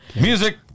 Music